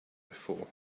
before